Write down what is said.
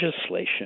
legislation